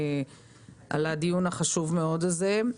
על הדיון החשוב מאוד הזה.